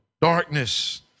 darkness